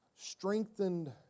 strengthened